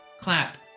clap